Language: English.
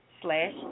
slash